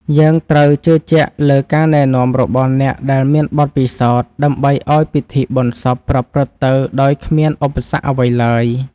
យើងត្រូវជឿជាក់លើការណែនាំរបស់អ្នកដែលមានបទពិសោធន៍ ដើម្បីឱ្យពិធីបុណ្យសពប្រព្រឹត្តទៅដោយគ្មានឧបសគ្គអ្វីឡើយ។